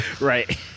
right